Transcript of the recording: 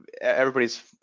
everybody's